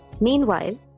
Meanwhile